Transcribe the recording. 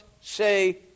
say